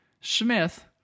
Smith